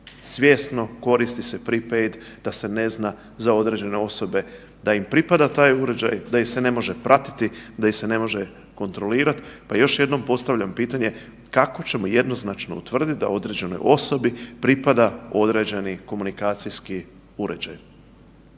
svjesno koristi se Prid 5 da se ne zna za određene osobe da im pripada taj uređaj, da ih se ne može pratiti, da ih se ne može kontrolirat, pa još jednom postavljam pitanje kako ćemo jednoznačno utvrdit da određenoj osobi pripada određeni komunikacijski uređaj?